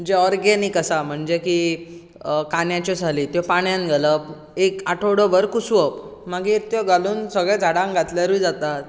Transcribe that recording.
जे organic आसा म्हणजे की कांद्याच्यो साली त्यो पाण्यांत घालप एक आठवडो भर कुसोवप मागीर ते घालून सगळ्या झाडांक घातल्यारूय जाता